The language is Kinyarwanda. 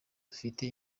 dufite